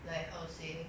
like how to say